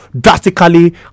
drastically